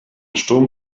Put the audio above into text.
sturm